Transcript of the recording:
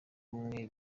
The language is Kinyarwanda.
bamwe